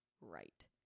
right